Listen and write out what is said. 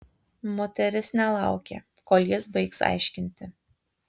moteris nelaukė kol jis baigs aiškinti